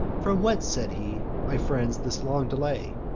from whence said he, my friends, this long delay?